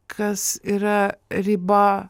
kas yra riba